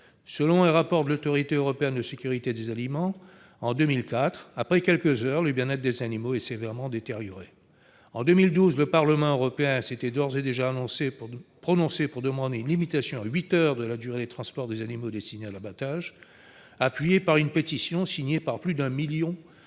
Selon un rapport de l'Autorité européenne de sécurité des aliments, l'EFSA, paru en 2004, après quelques heures le bien-être des animaux se détériore sévèrement. En 2012, le Parlement européen s'était d'ores et déjà prononcé pour une limitation à 8 heures de la durée de transport des animaux destinés à l'abattage, appuyé par une pétition signée par plus d'un million de